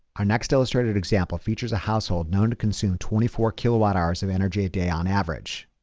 our next illustrated example features a household known to consume twenty four kilowatt hours of energy a day on average.